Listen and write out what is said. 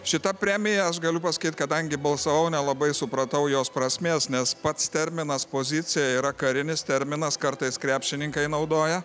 šita premija aš galiu pasakyt kadangi balsavau nelabai supratau jos prasmės nes pats terminas pozicija yra karinis terminas kartais krepšininkai naudoja